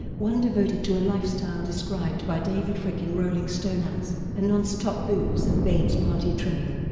one devoted to a lifestyle described by david fricke in rolling stone as a nonstop booze-and-babes party train.